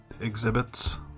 exhibits